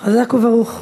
חזק וברוך.